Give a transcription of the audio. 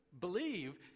believe